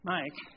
Mike